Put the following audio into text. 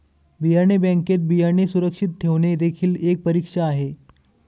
बियाणे बँकेत बियाणे सुरक्षित ठेवणे देखील एक परीक्षा आहे